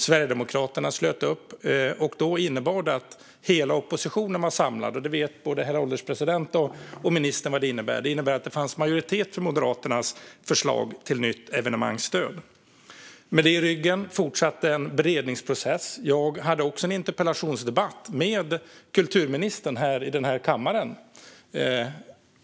Sverigedemokraterna slöt också upp. Detta innebar att hela oppositionen var samlad, och både herr ålderspresidenten och ministern vet att det betydde att det fanns majoritet för Moderaternas förslag till nytt evenemangsstöd. Med detta i ryggen fortsatte en beredningsprocess. Jag hade också en interpellationsdebatt med kulturministern i den här kammaren.